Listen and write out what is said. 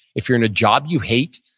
if you're in a job you hate,